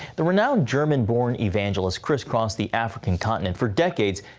the renowned german born evangelists crisscrossed the african continent for decades,